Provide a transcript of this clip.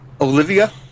Olivia